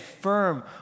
firm